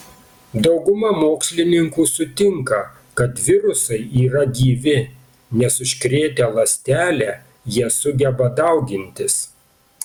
dauguma mokslininkų sutinka kad virusai yra gyvi nes užkrėtę ląstelę jie sugeba daugintis